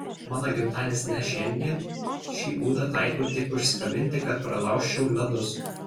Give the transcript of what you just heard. mano gimtadienis ne šiandien šį būdą taikau tik užsikabinti kad pralaužčiau ledus